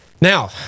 Now